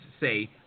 say